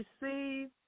receive